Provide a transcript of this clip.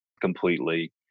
completely